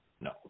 No